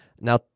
Now